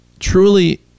Truly